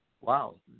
wow